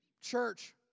Church